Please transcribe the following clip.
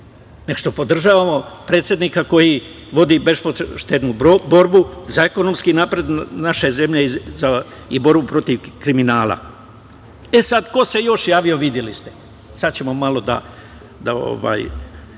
što podržavamo predsednika koji vodi bespoštednu borbu za ekonomski napredak naše zemlje i borbu protiv kriminala. Sad, ko se još javio, videli ste. Sad ćemo malo da